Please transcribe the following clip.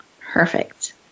Perfect